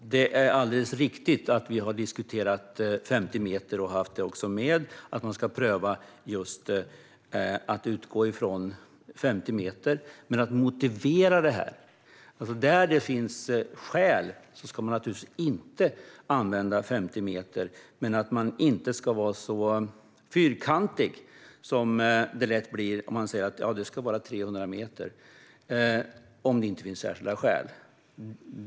Fru talman! Det är alldeles riktigt att vi har diskuterat 50 meter och haft uppe att man ska pröva att utgå från 50 meter. Där det finns skäl ska man dock naturligtvis inte använda 50 meter, men det ska inte vara så fyrkantigt som det lätt blir om man säger att det ska vara 300 meter om det inte finns särskilda skäl.